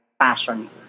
passion